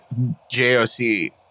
JOC